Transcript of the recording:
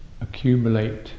accumulate